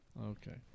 Okay